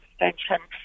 extension